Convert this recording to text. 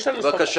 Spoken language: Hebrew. בבקשה.